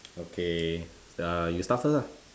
okay err you start first ah